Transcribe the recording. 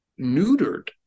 neutered